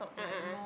a'ah a'ah